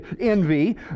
envy